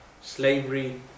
slavery